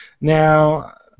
Now